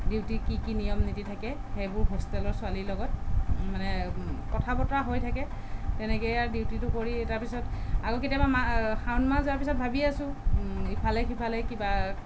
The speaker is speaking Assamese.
ডিউটিত কি কি নিয়ম নীতি থাকে সেইবোৰ হোষ্টেলৰ ছোৱালীৰ লগত মানে কথা বতৰা হৈ থাকে তেনেকে আৰু ডিউটিটো কৰি তাৰ পিছত আৰু কেতিয়াবা মাহ শাওন মাহ যোৱাৰ পিছত ভাবি আছোঁ ইফাল সিফালে কিবা